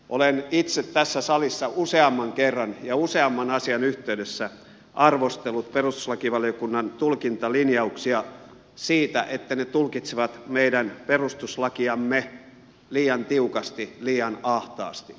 olen itse tässä salissa useamman kerran ja useamman asian yhteydessä arvostellut perustuslakivaliokunnan tulkintalinjauksia siitä että ne tulkitsevat meidän perustuslakiamme liian tiukasti liian ahtaasti